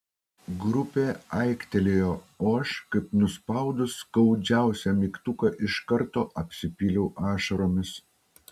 grupė aiktelėjo o aš kaip nuspaudus skaudžiausią mygtuką iš karto apsipyliau ašaromis